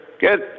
Good